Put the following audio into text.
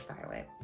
silent